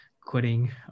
quitting